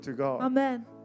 Amen